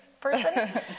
person